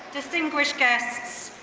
distinguished guests,